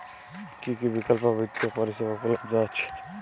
কী কী বিকল্প বিত্তীয় পরিষেবা উপলব্ধ আছে?